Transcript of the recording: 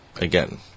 again